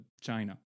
china